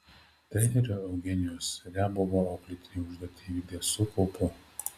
trenerio eugenijaus riabovo auklėtiniai užduotį įvykdė su kaupu